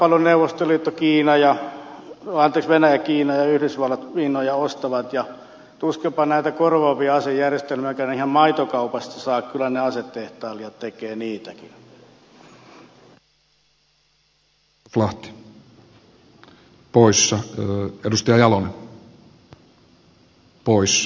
katsotaanpa vain kuinka paljon venäjä kiina ja yhdysvallat miinoja ostavat ja tuskinpa näitä korvaavia asejärjestelmiäkään ihan maitokaupasta saa kyllä ne asetehtailijat tekevät niitäkin